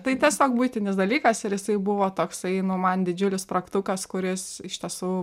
tai tiesiog buitinis dalykas ir jisai buvo toksai nu man didžiulis spragtukas kuris iš tiesų